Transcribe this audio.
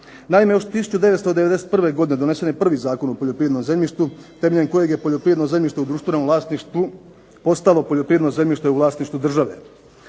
Naime još 1991. godine donesen je prvi Zakon o poljoprivrednom zemljištu temeljem kojeg je poljoprivredno zemljište u društvenom vlasništvu postalo poljoprivredno zemljište u vlasništvu države.